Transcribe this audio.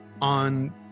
on